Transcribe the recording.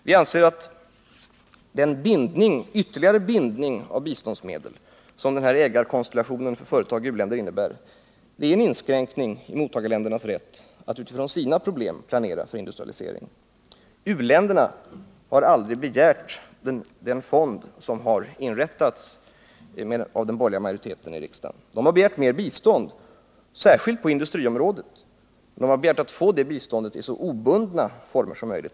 Vi anser att den ytterligare bindning av biståndsmedlen som den nu föreslagna ägarkonstellationen när det gäller företag i u-länder skapar innebär en inskränkning av mottagarländernas rätt att utifrån sina problem planera för industrialiseringen. U-länderna har aldrig begärt den fond som har inrättats genom stöd av den borgerliga majoriteten i riksdagen. De har begärt mer bistånd, särskilt på industriområdet, men de har begärt att få det biståndet i så obundna former som möjligt.